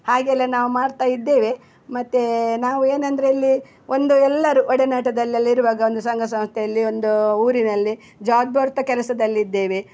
ಹಾಗೆಲ್ಲ ನಾವು ಮಾಡ್ತಾ ಇದ್ದೇವೆ ಮತ್ತು ನಾವು ಏನಂದರೆ ಇಲ್ಲಿ ಒಂದು ಎಲ್ಲರೂ ಒಡನಾಟದಲ್ಲಲ್ಲಿರುವಾಗ ಒಂದು ಸಂಘ ಸಂಸ್ಥೆಯಲ್ಲಿ ಒಂದು ಊರಿನಲ್ಲಿ ಜಾಗ್ಬರ್ತ ಕೆಲಸದಲ್ಲಿದ್ದೇವೆ